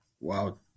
Wow